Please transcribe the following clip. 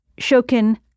Shokin